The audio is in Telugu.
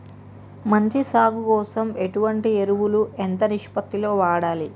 మంచి సాగు కోసం ఎటువంటి ఎరువులు ఎంత నిష్పత్తి లో వాడాలి?